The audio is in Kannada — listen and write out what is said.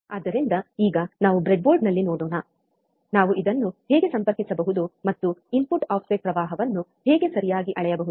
ಆದ್ದರಿಂದ ಈಗ ನಾವು ಬ್ರೆಡ್ಬೋರ್ಡ್ನಲ್ಲಿ ನೋಡೋಣ ನಾವು ಇದನ್ನು ಹೇಗೆ ಸಂಪರ್ಕಿಸಬಹುದು ಮತ್ತು ಇನ್ಪುಟ್ ಆಫ್ಸೆಟ್ ಪ್ರವಾಹವನ್ನು ಹೇಗೆ ಸರಿಯಾಗಿ ಅಳೆಯಬಹುದು